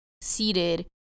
seated